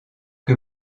que